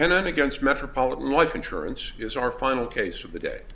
and then against metropolitan life insurance is our final case of the day